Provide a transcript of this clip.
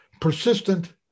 persistent